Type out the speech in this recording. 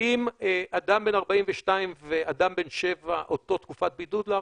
האם אדם בן 42 ואדם בן שבע אותה תקופת בידוד להערכתך?